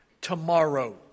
tomorrow